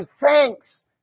thanks